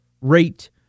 rate